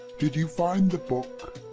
did you find the book?